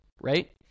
right